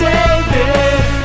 David